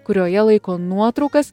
kurioje laiko nuotraukas